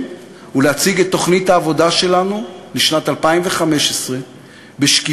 ולהציג את תוכנית העבודה שלנו לשנת 2015 בשקיפות,